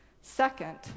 Second